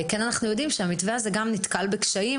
אנחנו יודעים שהמתווה הזה נתקל בקשיים